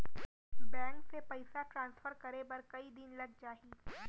Bank से पइसा transfer करे बर कई दिन लग जाही?